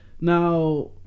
Now